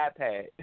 iPad